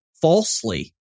falsely